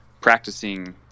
practicing